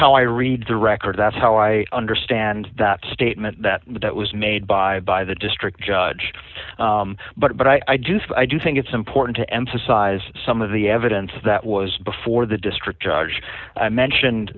how i read the record that's how i understand that statement that that was made by by the district judge but i just i do think it's important to emphasize some of the evidence that was before the district judge i mentioned